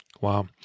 Wow